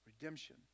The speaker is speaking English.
Redemption